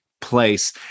place